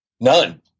None